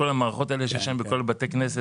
כל המערכות האלה שיש היום בכל בתי הכנסת